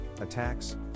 attacks